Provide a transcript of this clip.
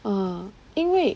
ah 因为